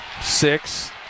six